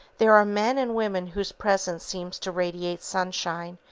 there are men and women whose presence seems to radiate sunshine,